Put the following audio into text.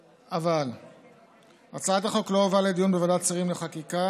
אבל הצעת החוק לא הועברה לדיון בוועדת שרים לחקיקה.